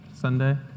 Sunday